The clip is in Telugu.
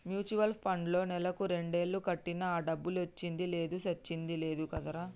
మ్యూచువల్ పండ్లో నెలకు రెండేలు కట్టినా ఆ డబ్బులొచ్చింది లేదు సచ్చింది లేదు కదరా